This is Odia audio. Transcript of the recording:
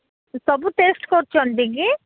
ସବୁ ଟେଷ୍ଟ୍ କରୁଛନ୍ତି କି